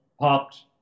popped